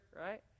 right